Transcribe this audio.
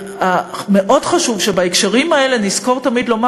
מאוד חשוב שבהקשרים האלה נזכור תמיד לומר,